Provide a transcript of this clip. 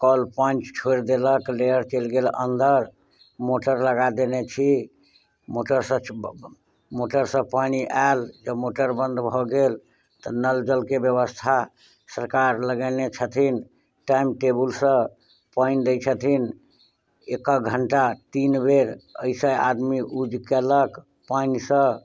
कल पानि छोरि देलक लेयर चलि गेल अन्दर मोटर लगा देने छी मोटर सऽ मोटर सऽ पानि आयल तऽ मोटर बन्द भऽ गेल नल जल के व्यवस्था सरकार लगेने छथिन टाइम टेबुल सऽ पानि दै छथिन एक एक घण्टा तीन बेर एहि सऽ आदमी यूज केलक पानि सऽ